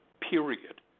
period